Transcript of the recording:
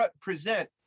present